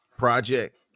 Project